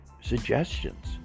suggestions